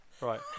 right